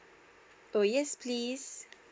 oh yes please